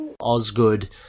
Osgood